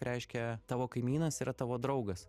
reiškia tavo kaimynas yra tavo draugas